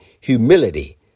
humility